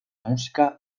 música